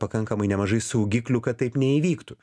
pakankamai nemažai saugiklių kad taip neįvyktų